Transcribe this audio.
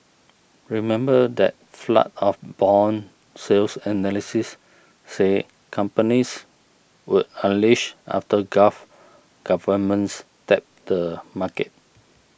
remember that flood of bond sales analysts said companies would unleash after gulf governments tapped the market